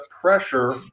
pressure